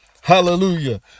Hallelujah